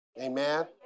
Amen